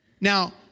Now